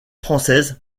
française